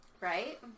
Right